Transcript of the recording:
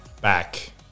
back